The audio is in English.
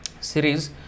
series